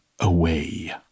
away